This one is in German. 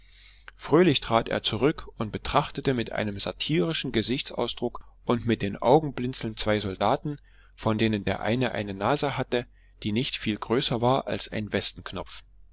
fröhlich trat er zurück und betrachtete mit einem satirischen gesichtsausdruck und mit den augen blinzelnd zwei soldaten von denen der eine eine nase hatte die nicht viel größer war als ein